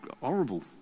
horrible